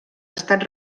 estat